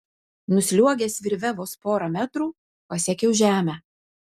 nusliuogęs virve vos porą metrų pasiekiau žemę